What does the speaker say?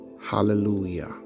Hallelujah